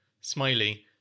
smiley